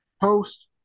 post